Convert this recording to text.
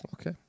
Okay